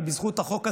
בזכות החוק הזה,